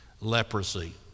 leprosy